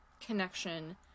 connection